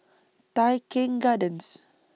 Tai Keng Gardens